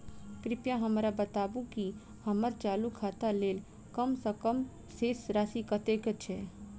कृपया हमरा बताबू की हम्मर चालू खाता लेल कम सँ कम शेष राशि कतेक छै?